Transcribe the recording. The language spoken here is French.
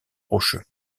rocheux